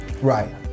Right